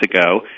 ago